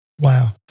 Wow